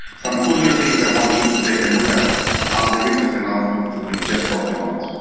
some cool new things i want you to take a look at are the recent announcements we've just talked about.